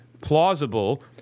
plausible